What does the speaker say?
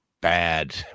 bad